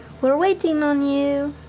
we're waiting on you.